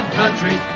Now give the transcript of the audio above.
country